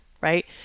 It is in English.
Right